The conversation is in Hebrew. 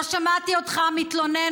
לא שמעתי אותך מתלונן,